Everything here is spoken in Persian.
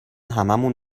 هممون